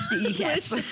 yes